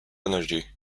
energy